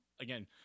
again